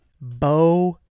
Bo